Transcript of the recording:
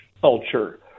culture